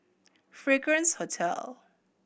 Fragrance Hotel